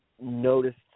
noticed